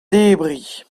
debriñ